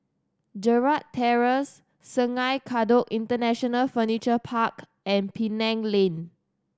Gerald Terrace Sungei Kadut International Furniture Park and Penang Lane